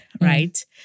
right